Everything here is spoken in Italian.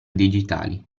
digitali